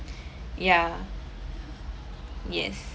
ya yes